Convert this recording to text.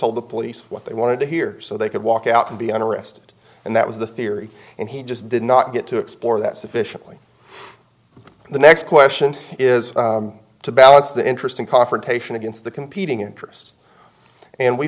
told the police what they wanted to hear so they could walk out and be under arrest and that was the theory and he just did not get to explore that sufficiently the next question is to balance the interest in confrontation against the competing interests and we